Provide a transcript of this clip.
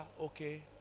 okay